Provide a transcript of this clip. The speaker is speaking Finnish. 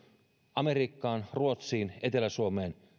amerikkaan ruotsiin etelä suomeen